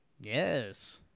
yes